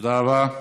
תודה רבה.